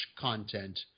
content